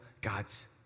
God's